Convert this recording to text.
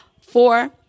Four